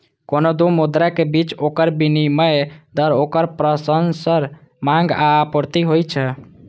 कोनो दू मुद्राक बीच ओकर विनिमय दर ओकर परस्पर मांग आ आपूर्ति होइ छै